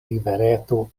rivereto